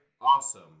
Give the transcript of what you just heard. awesome